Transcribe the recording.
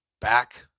Back